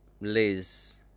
Liz